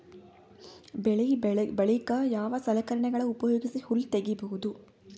ಬೆಳಿ ಬಳಿಕ ಯಾವ ಸಲಕರಣೆಗಳ ಉಪಯೋಗಿಸಿ ಹುಲ್ಲ ತಗಿಬಹುದು?